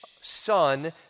son